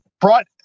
brought